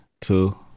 two